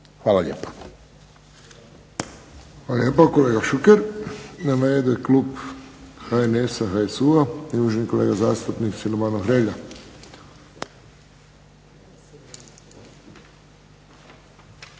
Josip (HSS)** Hvala lijepo, kolega Šuker. Na redu je klub HNS-a, HSU-a i uvaženi kolega zastupnik Silvano Hrelja. **Hrelja,